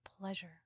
pleasure